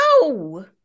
no